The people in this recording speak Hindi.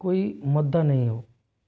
कोई मुद्दा नहीं हो